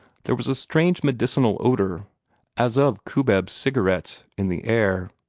there was a strange medicinal odor as of cubeb cigarettes in the air.